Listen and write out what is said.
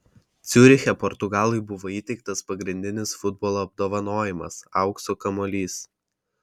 ciuriche portugalui buvo įteiktas pagrindinis futbolo apdovanojimas aukso kamuolys